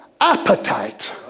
appetite